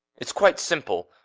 it's quite simple.